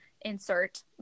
insert